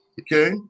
Okay